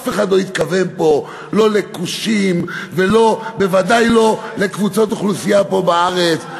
אף אחד לא התכוון פה לא לכושים ובוודאי לא לקבוצות אוכלוסייה פה בארץ.